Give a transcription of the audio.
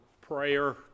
prayer